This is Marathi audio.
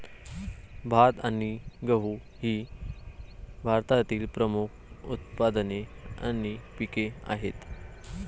भात आणि गहू ही भारतातील प्रमुख उत्पादने आणि पिके आहेत